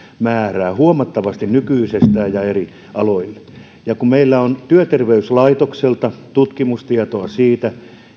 määrää huomattavasti nykyisestä eri aloilla ja kun meillä on työterveyslaitokselta tutkimustietoa siitä